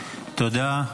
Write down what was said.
תודה.